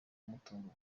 n’umutungo